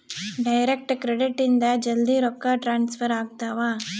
direct credit ಇಂದ ಜಲ್ದೀ ರೊಕ್ಕ ಟ್ರಾನ್ಸ್ಫರ್ ಆಗ್ತಾವ